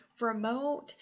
remote